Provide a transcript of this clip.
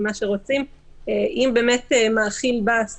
אם המאכיל בא,